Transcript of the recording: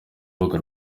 urubuga